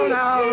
now